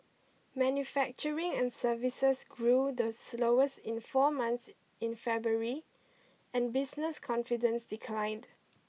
manufacturing and services grew the slowest in four months in February and business confidence declined